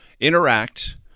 interact